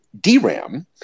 DRAM